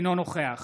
אינו נוכח